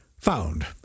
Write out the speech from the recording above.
found